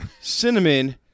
cinnamon